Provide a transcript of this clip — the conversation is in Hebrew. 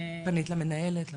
פנית למנהלת?